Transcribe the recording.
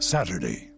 Saturday